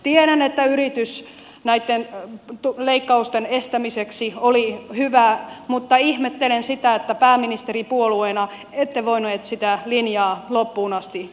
tiedän että yritys näitten leikkausten estämiseksi oli hyvä mutta ihmettelen sitä että pääministeripuolueena ette voineet sitä linjaa loppuun asti viedä